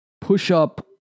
push-up